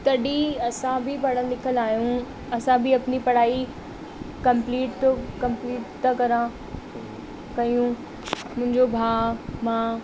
तॾहिं असां बि पढ़ियलु लिखियलु आहियूं असां बि अपनी पढ़ाई कम्पलीट कम्पलीट त करां कयूं मुंहिंजो भाउ मां